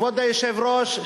כבוד היושב-ראש,